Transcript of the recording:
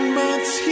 months